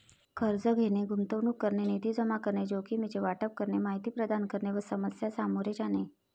कर्ज घेणे, गुंतवणूक करणे, निधी जमा करणे, जोखमीचे वाटप करणे, माहिती प्रदान करणे व समस्या सामोरे जाणे